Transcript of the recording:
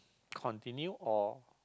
continue or